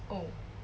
oh